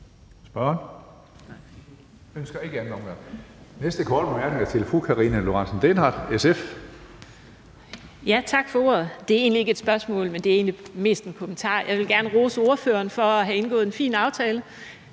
er til fru Karina Lorentzen Dehnhardt, SF. Kl. 14:29 Karina Lorentzen Dehnhardt (SF): Tak for ordet. Det er egentlig ikke et spørgsmål, men det er egentlig mest en kommentar. Jeg vil gerne rose ordføreren for at have indgået en fin aftale